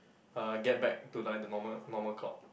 uh get back to like the normal normal clock